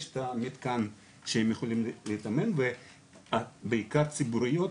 יש את המתקן שהם יכולים להתאמן ובעיקר בציבוריות